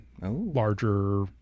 larger